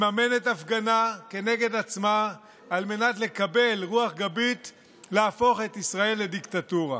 מממנת הפגנה כנגד עצמה על מנת לקבל רוח גבית להפוך את ישראל לדיקטטורה.